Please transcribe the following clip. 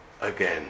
again